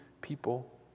people